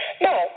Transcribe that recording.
No